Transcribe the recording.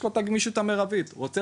יש לו את הגמישות המרבית ואם הוא רוצה